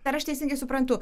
ar aš teisingai suprantu